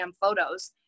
photos